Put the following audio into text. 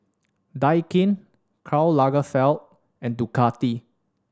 Daikin Karl Lagerfeld and Ducati